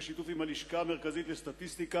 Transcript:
בשיתוף עם הלשכה המרכזית לסטטיסטיקה,